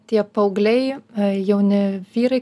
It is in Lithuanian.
tie paaugliai jauni vyrai